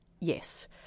yes